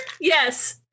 Yes